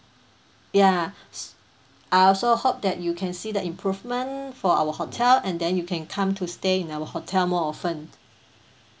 ya s~ I also hope that you can see the improvement for our hotel and then you can come to stay in our hotel more often